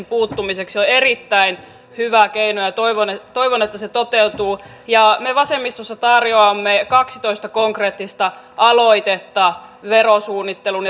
puuttumiseksi on on erittäin hyvä keino ja ja toivon että se toteutuu me vasemmistossa tarjoamme kaksitoista konkreettista aloitetta verosuunnittelun